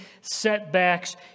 setbacks